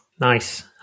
Nice